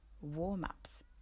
warm-ups